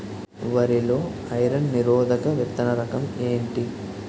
వరి లో ఐరన్ నిరోధక విత్తన రకం ఏంటి?